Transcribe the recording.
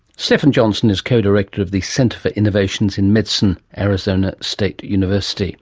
stephen johnston is co-director of the centre for innovations in medicine, arizona state university